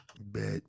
Bet